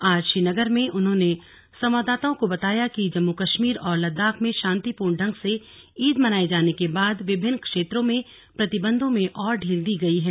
आज श्रीनगर में उन्होंने संवाददाताओं को बताया कि जम्मू कश्मीर और लद्दाख में शांतिपूर्ण ढंग से ईद मनाये जाने के बाद विभिन्न क्षेत्रों में प्रतिबंधों में और ढील दी गई है